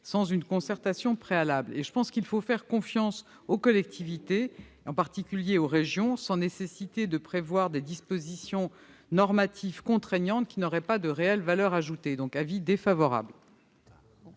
sans une concertation préalable. Et je pense qu'il faut faire confiance aux collectivités, en particulier aux régions, sans qu'il soit nécessaire de prévoir des dispositions normatives contraignantes qui n'auraient pas de réelle valeur ajoutée. Par conséquent, le